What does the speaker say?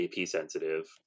AP-sensitive